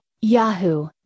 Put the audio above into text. Yahoo